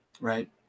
Right